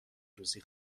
روزی